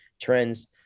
trends